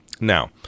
Now